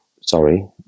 sorry